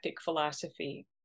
philosophy